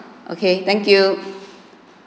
okay thank you